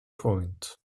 point